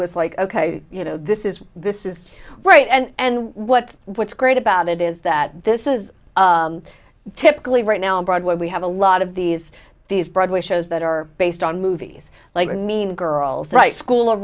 was like ok you know this is this is great and what what's great about it is that this is typically right now on broadway we have a lot of these these broadway shows that are based on movies like mean girls right school